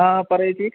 ആ പറയൂ ചേച്ചീ